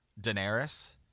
daenerys